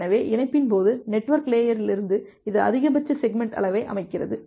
எனவேஇணைப்பின் போது நெட்வொர்க் லேயரிலிருந்து இது அதிகபட்ச செக்மெண்ட் அளவை அமைக்கிறது